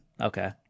okay